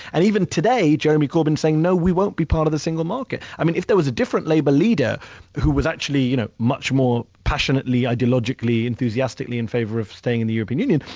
and even today, jeremy corbyn's saying, no, we won't be part of the single market. if there was a different label leader who was actually you know much more passionately, ideologically, enthusiastically in favor of staying in the european union,